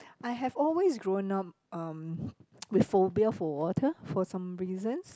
I have always grown up um with phobia for water for some reasons